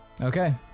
Okay